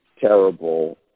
terrible